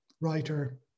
writer